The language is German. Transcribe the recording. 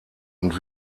und